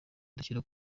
dushyira